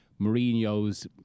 Mourinho's